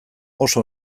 oso